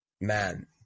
man